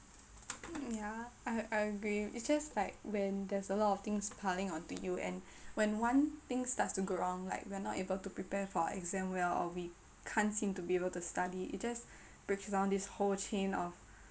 hmm ya I I agree it just like when there's a lot of things piling on to you and when one thing starts to go wrong like we are not able to prepare for our exam well or we can't seem to be able to study it just breaks down this whole chain of